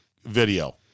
video